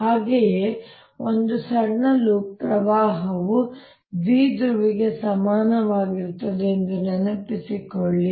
ಹಾಗೆಯೇ ಒಂದು ಸಣ್ಣ ಲೂಪ್ ಪ್ರವಾಹವು ದ್ವಿಧ್ರುವಿಗೆ ಸಮನಾಗಿರುತ್ತದೆ ಎಂದು ನೆನಪಿಸಿಕೊಳ್ಳಿ